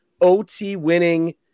OT-winning